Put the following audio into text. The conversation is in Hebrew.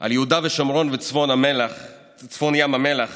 על יהודה ושומרון וצפון ים המלח